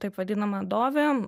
taip vadinamą dovėm